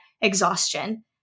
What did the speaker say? exhaustion